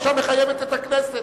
עכשיו מחייבים את הכנסת.